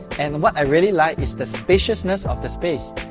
and, what i really like is the spaciousness of the space.